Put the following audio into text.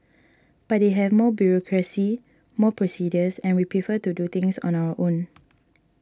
but they may have more bureaucracy more procedures and we prefer to do things on our own